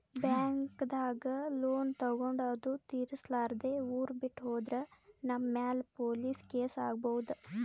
ಬ್ಯಾಂಕ್ದಾಗ್ ಲೋನ್ ತಗೊಂಡ್ ಅದು ತಿರ್ಸಲಾರ್ದೆ ಊರ್ ಬಿಟ್ಟ್ ಹೋದ್ರ ನಮ್ ಮ್ಯಾಲ್ ಪೊಲೀಸ್ ಕೇಸ್ ಆಗ್ಬಹುದ್